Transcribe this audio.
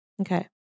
Okay